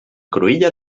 cruïlla